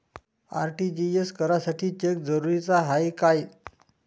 RTGS करासाठी cheque जरुरीचा हाय काय?